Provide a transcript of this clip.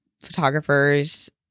photographers